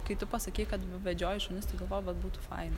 kai tu pasakei kad vedžioji šunis tai galvojau vat būtų faina